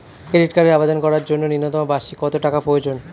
Credit কার্ডের আবেদন করার জন্য ন্যূনতম বার্ষিক কত টাকা প্রয়োজন?